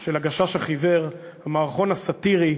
של "הגשש החיוור", המערכון הסאטירי,